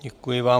Děkuji vám.